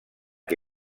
que